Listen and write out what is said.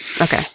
Okay